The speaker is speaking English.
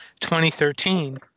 2013